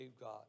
God